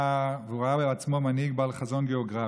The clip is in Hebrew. וראה את עצמו כמנהיג בעל חזון גיאוגרפי.